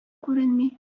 күренми